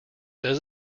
does